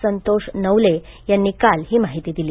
संतोष नवले यांनी काल ही माहिती दिली